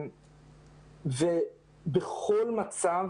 בכל מצב,